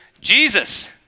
Jesus